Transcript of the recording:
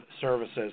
services